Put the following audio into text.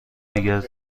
دیگر